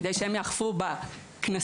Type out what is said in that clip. כדי שהם יאכפו בקנסות,